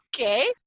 Okay